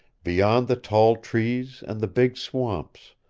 beyond the tall trees and the big swamps,